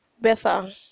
better